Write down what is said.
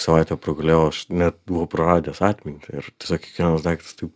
savaitę pragulėjau aš net buvau praradęs atmintį ir tiesiog kiekvienas daiktas taip